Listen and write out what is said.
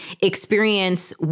experience